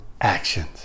actions